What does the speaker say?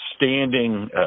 standing